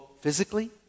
physically